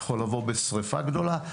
זה יכול לבוא בשריפה גדולה,